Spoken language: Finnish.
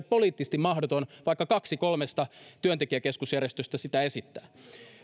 poliittisesti mahdoton vaikka kaksi kolmesta työntekijäkeskusjärjestöstä sitä esittää